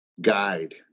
guide